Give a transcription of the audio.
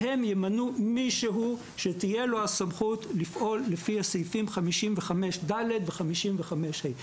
שהם ימנו מישהו שתהיה לו הסמכות לפעול לפי סעיפים 55ד' ו-55ה'.